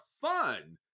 fun